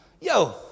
Yo